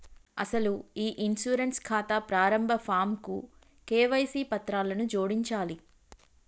అసలు ఈ ఇన్సూరెన్స్ ఖాతా ప్రారంభ ఫాంకు కేవైసీ పత్రాలను జోడించాలి